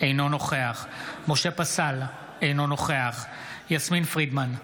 אינו נוכח משה פסל, אינו נוכח יסמין פרידמן,